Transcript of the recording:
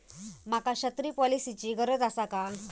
माका छत्री पॉलिसिची गरज आसा काय?